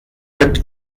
mit